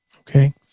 okay